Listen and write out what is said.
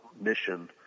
mission